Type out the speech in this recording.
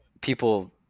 people